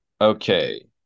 Okay